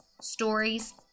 stories